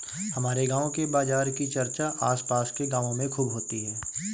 हमारे गांव के बाजार की चर्चा आस पास के गावों में खूब होती हैं